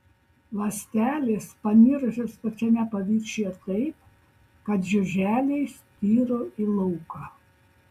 ląstelės panirusios pačiame paviršiuje taip kad žiuželiai styro į lauką